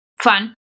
Fun